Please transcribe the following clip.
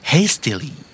Hastily